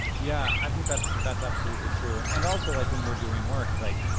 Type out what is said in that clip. yeah, i think that's that's absolutely true. and also, like, when we're doing work, like,